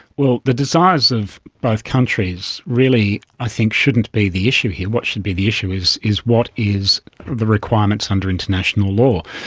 well, the desires of both countries really i think shouldn't be the issue here. what should be the issue is is what is the requirements under international law.